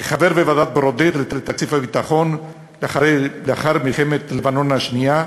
כחבר בוועדת ברודט לתקציב הביטחון לאחר מלחמת לבנון השנייה,